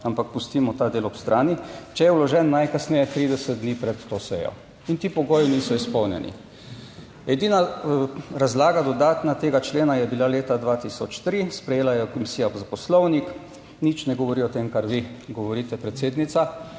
ampak pustimo ta del ob strani, "če je vložen najkasneje 30 dni pred to sejo." In ti pogoji niso izpolnjeni. Edina razlaga, dodatna, tega člena je bila leta 2003, sprejela jo je Komisija za Poslovnik. Nič ne govori o tem, kar vi govorite, predsednica.